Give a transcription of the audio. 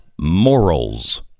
morals